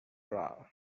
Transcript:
bra